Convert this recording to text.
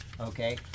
okay